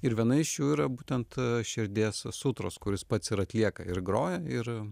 ir viena iš jų yra būtent širdies sutros kuris pats ir atlieka ir groja ir